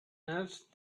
else